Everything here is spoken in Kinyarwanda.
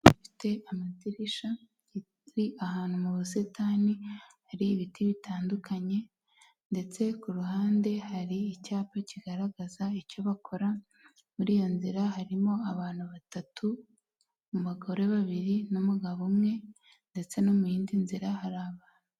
Bafite amadirishari ahantu mu busitani hari ibiti bitandukanye, ndetse ku ruhande hari icyapa kigaragaza icyo bakora, muri iyo nzira harimo abantu batatu: abagore babiri n'umugabo umwe ndetse no mu yindi nzira hari abantu.